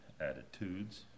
attitudes